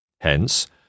Hence